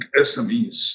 SMEs